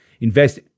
invest